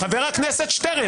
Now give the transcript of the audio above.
חבר הכנסת שטרן,